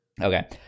Okay